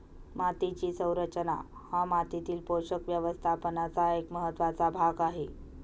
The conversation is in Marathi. मातीची संरचना हा मातीतील पोषक व्यवस्थापनाचा एक महत्त्वाचा भाग आहे